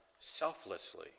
selflessly